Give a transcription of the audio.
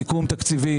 סיכום תקציבי,